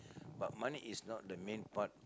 but money is not the main part